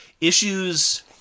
issues